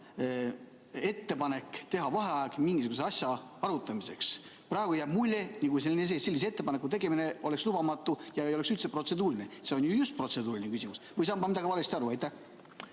ettepanek teha vaheaeg mingisuguse asja arutamiseks? Praegu jääb mulje, nagu sellise ettepaneku tegemine oleks lubamatu ja ei oleks üldse protseduuriline. See on just protseduuriline küsimus. Või saan ma valesti aru?